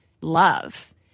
love